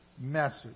message